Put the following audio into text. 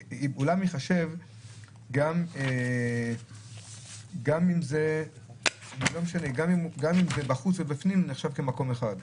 שאולם, גם אם זה בחוץ ובפנים, זה נחשב כמקום אחד.